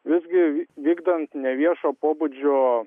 visgi vykdant neviešo pobūdžio